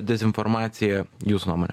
dezinformacija jūs nuomonė